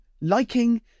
liking